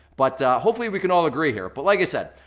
but hopefully we can all agree here. but like i said,